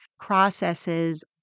processes